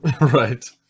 Right